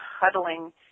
huddling